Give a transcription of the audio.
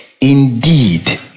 Indeed